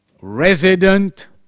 resident